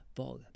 var